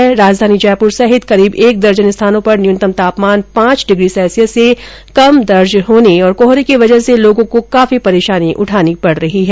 राज्य में राजधानी जयपुर सहित करीब एक दर्जन स्थानों पर न्यूनतम तापमान पांच डिग्री सेल्सियस से कम दर्ज होने शीत लहर के चलने और कोहरे की वजह से लोगों को काफी परेशानी उठानी पड़ रही है